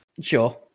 sure